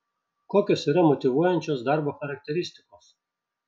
kokios yra motyvuojančios darbo charakteristikos